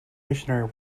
missionary